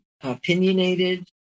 opinionated